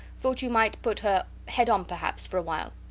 thought you might put her head on perhaps for a while.